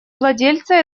владельца